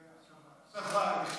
את זה שכחתי.